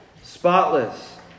Spotless